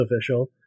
official